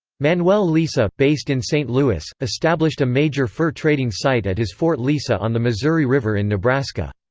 manuel lisa, based in st. louis, established a major fur trading site at his fort lisa on the missouri river in nebraska.